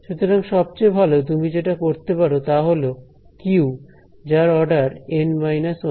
সুতরাং সবচেয়ে ভালো তুমি যেটা করতে পারো তা হল q যার অর্ডার N 1